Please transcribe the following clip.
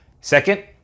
Second